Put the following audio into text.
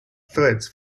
threads